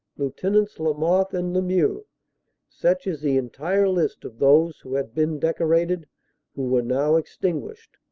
lieutenants lamothe and lem ieux such is the entire list of those who had been decorated who were now extinguished,